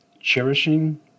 cherishing